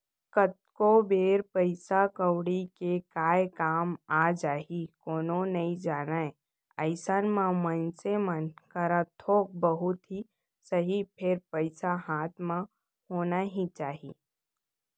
कतको बेर पइसा कउड़ी के काय काम आ जाही कोनो नइ जानय अइसन म मनसे मन करा थोक बहुत ही सही फेर पइसा हाथ म होना ही चाही